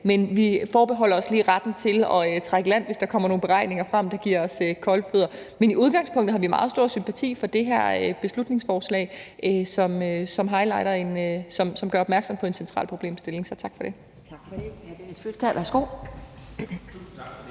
Vi forbeholder os lige retten til at trække i land, hvis der kommer nogle beregninger frem, der giver os kolde fødder. Men i udgangspunktet har vi meget stor sympati for det her beslutningsforslag, som gør opmærksom på en central problemstilling, så tak for det. Kl.